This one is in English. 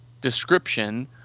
description